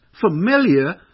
familiar